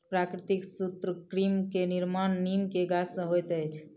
प्राकृतिक सूत्रकृमि के निर्माण नीम के गाछ से होइत अछि